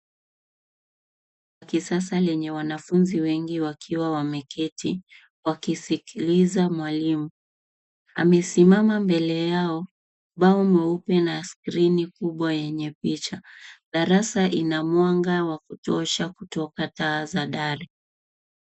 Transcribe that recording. Darasa la kisasa lenye wanafunzi wengi wakiwa wameketi, wakisikiliza mwalimu, amesimama mbele yao. Ubao mweupe na skrini kubwa yenye picha. Darasa ina mwanga wa kutosha kutoka taa za dari.